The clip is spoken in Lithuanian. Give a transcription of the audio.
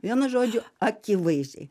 vienu žodžiu akivaizdžiai